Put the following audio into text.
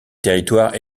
territoires